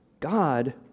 God